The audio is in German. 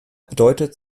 bedeutet